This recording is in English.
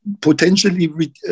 potentially